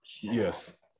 Yes